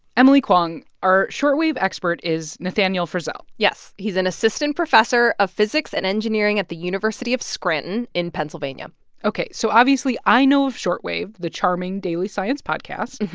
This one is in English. emily kwong, our shortwave expert is nathaniel frissell yes, he's an assistant professor of physics and engineering at the university of scranton in pennsylvania ok. so obviously, i know of short wave, the charming daily science podcast.